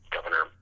Governor